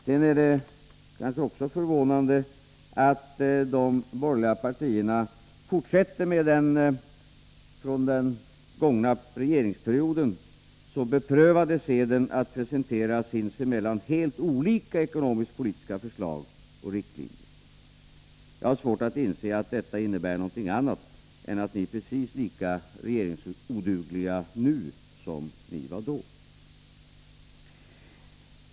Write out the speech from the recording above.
Sedan är det kanske också förvånande att de borgerliga partierna fortsätter med den från den gångna regeringsperioden så beprövade seden att presentera sinsemellan helt olika ekonomisk-politiska förslag och riktlinjer. Jag har svårt att inse att detta innebär någonting annat än att ni är precis lika regeringsodugliga nu som ni var då.